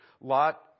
Lot